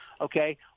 Okay